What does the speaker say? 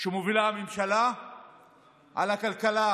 שמובילה הממשלה על הכלכלה